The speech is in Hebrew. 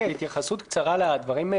רק התייחסות קצרה לדברים.